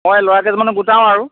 মই ল'ৰা কেইজনমানক গোটাওঁ আৰু